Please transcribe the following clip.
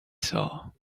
saw